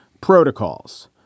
protocols